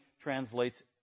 translates